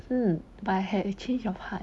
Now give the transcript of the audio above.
hmm but I had a change of heart